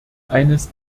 eines